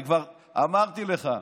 אני כבר אמרתי לך,